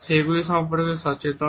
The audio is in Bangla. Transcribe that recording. সেগুলি সম্পর্কে সচেতন